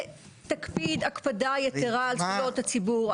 תקפיד הקפדה יתרה על זכויות הציבור.